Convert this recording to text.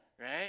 right